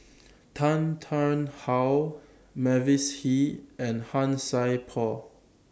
Tan Tarn How Mavis Hee and Han Sai Por